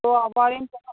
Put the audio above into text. ᱟᱵᱟᱨᱤᱧ ᱪᱟᱞᱟᱜ ᱠᱷᱟᱡ